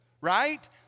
right